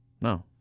No